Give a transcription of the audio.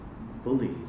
bullies